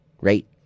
right